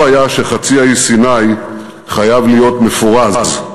היה שחצי האי סיני חייב להיות מפורז,